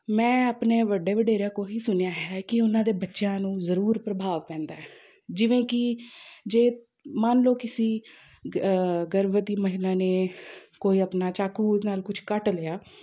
ਮੈਂ ਆਪਣੇ ਵੱਡੇ ਵਡੇਰਿਆਂ ਕੋ ਹੀ ਸੁਣਿਆ ਹੈ ਕਿ ਉਹਨਾਂ ਦੇ ਬੱਚਿਆਂ ਨੂੰ ਜ਼ਰੂਰ ਪ੍ਰਭਾਵ ਪੈਂਦਾ ਜਿਵੇਂ ਕਿ ਜੇ ਮੰਨ ਲਓ ਕਿਸੇ ਗਰਭਵਤੀ ਮਹਿਲਾ ਨੇ ਕੋਈ ਆਪਣਾ ਚਾਕੂ ਨਾਲ ਕੁਛ ਘੱਟ ਲਿਆ